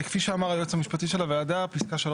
כפי שאמר היועץ המשפטי של הוועדה ,פסקה 3